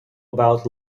about